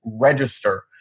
register